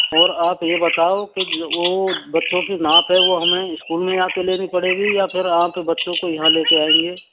और आप ये बताओ कि वो बच्चों के नाप हैं वो हमें स्कूल में आके लेनी पड़ेंगी या फिर आप बच्चों को यहाँ लेके आएंगे